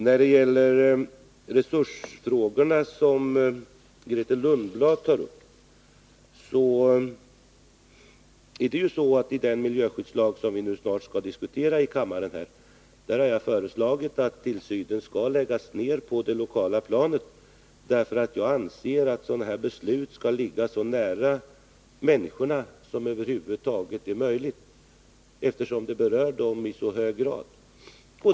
När det gäller resursfrågorna, som Grethe Lundblad tog upp, är det så att jag i den miljöskyddslag som vi snart skall diskutera här i kammaren har föreslagit att tillsynen skall läggas mer på det lokala planet. Jag anser nämligen att sådana här beslut skall ligga så nära människorna som det över huvud taget är möjligt, eftersom de berör dem i mycket hög grad.